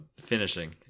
finishing